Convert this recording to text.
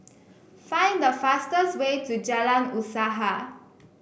find the fastest way to Jalan Usaha